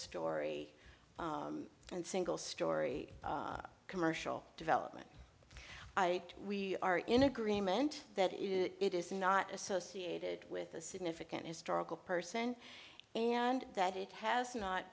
story and single story commercial development we are in agreement that it is not associated with a significant historical person and that it has not